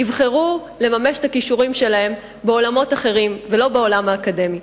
יבחרו לממש את הכישורים שלהם בעולמות אחרים ולא בעולם האקדמי.